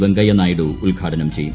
വെങ്കയ്യനായിഡു ഉദ്ഘാടനം ചെയ്യും